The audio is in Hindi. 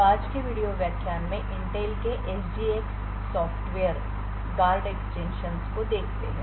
तो आज के वीडियो व्याख्यान में इंटेल के एसजीएक्स सॉफ्टवेयर गार्ड एक्सटेंशन्स को देखते हैं